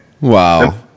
Wow